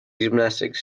gymnastics